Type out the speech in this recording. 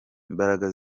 imbaraga